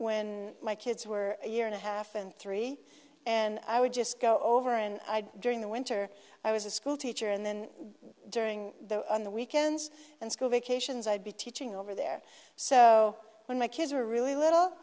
when my kids were a year and a half and three and i would just go over and during the winter i was a school teacher and then during the weekends and school vacations i'd be teaching over there so when my kids were really